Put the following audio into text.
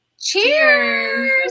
Cheers